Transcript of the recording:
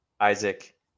Isaac